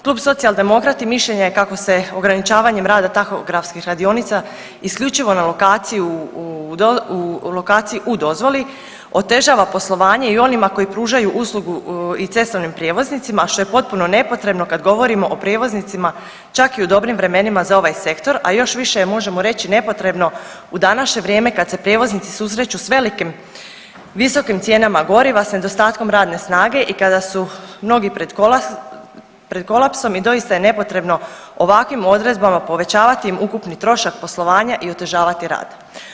Klub socijaldemokrati mišljenja je kako se ograničavanjem rada tahografskih radionica isključivo u lokaciji u dozvoli otežava poslovanje i onima koji pružaju uslugu i cestovnim prijevoznicima, a što je potpuno nepotrebno kad govorimo o prijevoznicima, čak i u dobrim vremenima za ovaj sektor, a još više je, možemo reći, nepotrebno u današnje vrijeme kad se prijevoznici susreću s velikim visokim cijenama goriva, s nedostatkom radne snage i kada su mnogi pred kolapsom i doista je nepotrebno ovakvim odredbama povećavati im ukupni trošak poslovanja i otežavati rad.